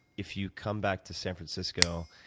if you come back to san francisco,